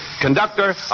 conductor